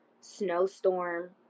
snowstorm